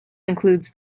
includes